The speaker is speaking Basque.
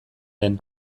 den